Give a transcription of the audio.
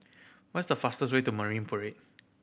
what's the fastest way to Marine Parade